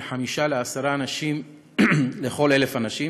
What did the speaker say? חמישה לעשרה אנשים על כל 1,000 אנשים.